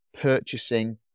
purchasing